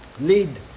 lead